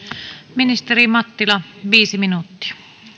ministeri mattila viisi minuuttia